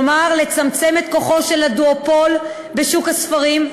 כלומר לצמצם את כוחו של הדואופול בשוק הספרים,